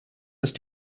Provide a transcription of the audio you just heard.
ist